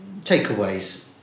takeaways